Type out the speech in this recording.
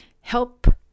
help